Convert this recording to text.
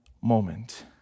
moment